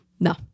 No